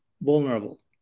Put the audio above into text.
vulnerable